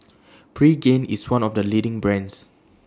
Pregain IS one of The leading brands